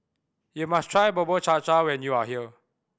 you must try Bubur Cha Cha when you are here